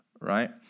right